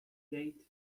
date